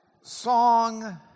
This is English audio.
song